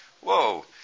whoa